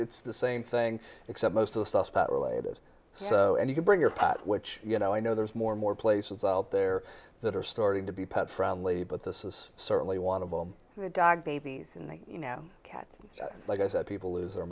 it's the same thing except most of the stuff related so and you can bring your pot which you know i know there's more and more places out there that are starting to be pet friendly but this is certainly one of all the dog babies and you know cat like i said people lose their